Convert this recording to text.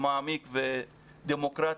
ומעמיק ודמוקרטי,